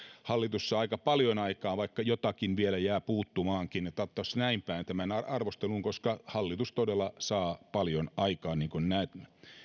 hallitus saa aika paljon aikaan vaikka jotakin vielä jää puuttumaankin että otettaisiin näin päin tämä arvostelu koska hallitus todella saa paljon aikaan niin kuin näette